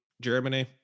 Germany